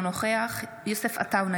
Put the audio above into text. אינו נוכח יוסף עטאונה,